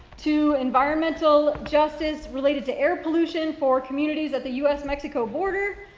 to environmental justice related to air pollution for communities at the u s. mexico border,